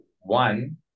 One